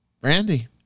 Brandy